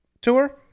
tour